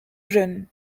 jeunes